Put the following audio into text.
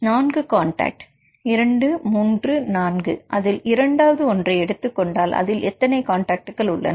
நான்கு காண்டாக்ட் 1 2 3 4 அதில் இரண்டாவது ஒன்றை எடுத்துக்கொண்டால் அதில் எத்தனை காண்டாக்ட் உள்ளன